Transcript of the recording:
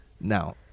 Now